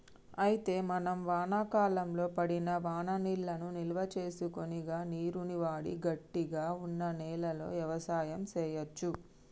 అయితే మనం వానాకాలంలో పడిన వాననీళ్లను నిల్వసేసుకొని గా నీరును వాడి గట్టిగా వున్న నేలలో యవసాయం సేయచ్చు